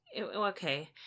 Okay